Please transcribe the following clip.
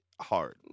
hard